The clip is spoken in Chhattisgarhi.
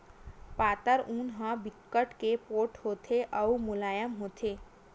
पातर ऊन ह बिकट के पोठ होथे अउ मुलायम होथे